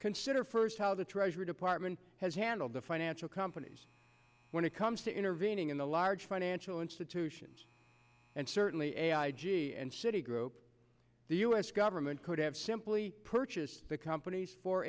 consider first how the treasury department has handled the financial companies when it comes to intervening in the large financial institutions and certainly a i g and citi group the u s government could have simply purchased the companies for